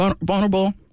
vulnerable